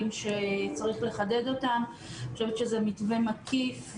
שצריך לחדד אני חושבת שזה מתווה מקיף,